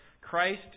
Christ